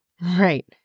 Right